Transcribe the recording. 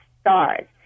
stars